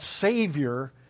Savior